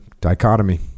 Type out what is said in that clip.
dichotomy